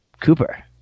Cooper